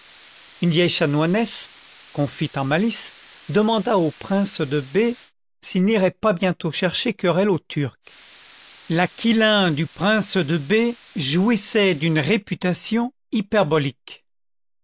une vieille chanoinesse confite en malices demanda au prince de b s'il n'irait pas bientôt chercher querelle au turc l'aquilin du prince de b jouissait d'une réputation